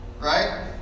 Right